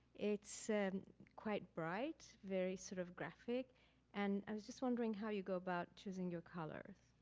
it's quite bright, very sort of graphic and i was just wondering how you go about choosing your colors.